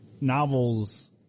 novels